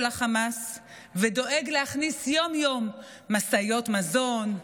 החמאס ודואג להכניס יום-יום משאיות מזון,